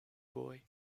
boy